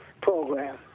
program